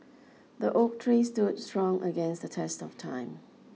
the oak tree stood strong against the test of time